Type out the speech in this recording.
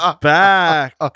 back